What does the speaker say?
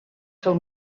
seu